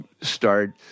start